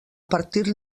partir